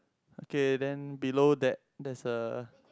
okay then below that there's a